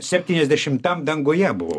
septyniasdešimtam danguje buvau